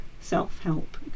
self-help